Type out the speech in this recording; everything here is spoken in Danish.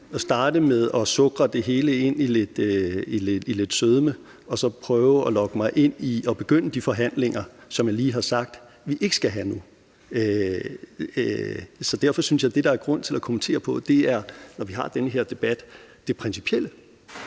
at starte med at sukre det hele ind i lidt sødme og så prøve at lokke mig til at begynde de forhandlinger, som jeg lige har sagt vi ikke skal have nu. Så derfor synes jeg, at det, der er grund til at kommentere på, når vi har den her debat, er det principielle,